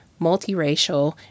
multiracial